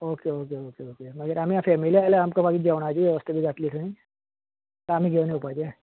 okay okay okay okay मागीर आमी family आयल्यार आमकां मागीर जेवणाची वेवस्था बी जातली थंय काय आमी घेवन येवपाचें